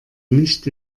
nicht